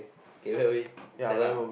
okay where are we [sial] lah